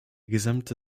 gesamte